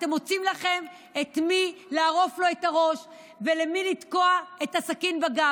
אתם מוצאים לכם למי לערוף את הראש ולמי לתקוע את הסכין בגב.